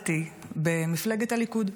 נולדתי במפלגת הליכוד,